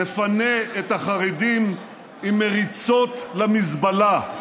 נפנה את החרדים עם מריצות למזבלה.